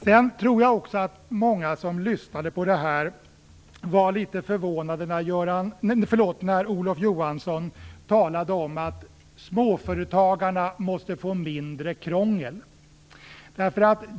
Jag tror också att många som lyssnade på detta var litet förvånade när Olof Johansson talade om att småföretagarna måste få mindre krångel.